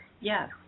yes